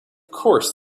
course